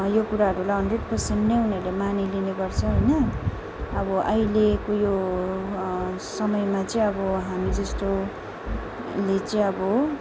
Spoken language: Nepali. यो कुराहरूलाई हन्ड्रेड पर्सेन्ट नै उनीहरूले मानिलिने गर्छ होइन अब अहिलेको यो समयमा चाहिँ अब हामी जस्तोले चाहिँ अब